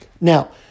Now